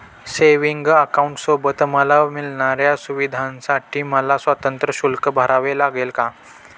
Savings अकाउंटसोबत मला मिळणाऱ्या सुविधांसाठी मला स्वतंत्र शुल्क भरावे लागेल का?